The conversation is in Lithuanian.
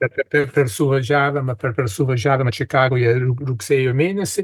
kad per suvažiavimą čikagoje rugsėjo mėnesį